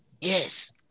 Yes